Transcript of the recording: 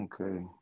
okay